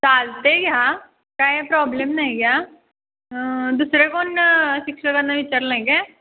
चालते घ्या काही प्रॉब्लेम नाही आहे दुसरे कोण शिक्षकांना विचारलं आहे नाही काय